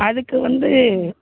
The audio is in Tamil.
அதுக்கு வந்து